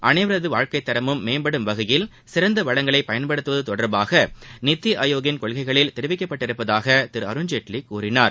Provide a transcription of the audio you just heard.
அனைவரது வாழ்க்கைத்தரமும் மேம்படும் வகையில் சிறந்த வளங்களை பயன்படுத்துவது தொடர்பாக நிதி ஆயோக்கின் கொள்கைகளில் தெரிவிக்கப்பட்டுள்ளதாக திரு அருண்ஜேட்லி கூறினார்